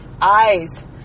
eyes